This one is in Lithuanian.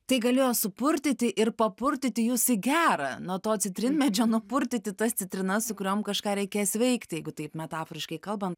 tai galėjo supurtyti ir papurtyti jus į gerą nuo to citrinmedžio nupurtyti tas citrinas su kuriom kažką reikės veikti jeigu taip metaforiškai kalbam